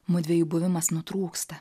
mudviejų buvimas nutrūksta